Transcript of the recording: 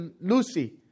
Lucy